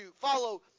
follow